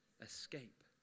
escape